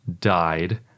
died